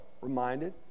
reminded